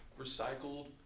recycled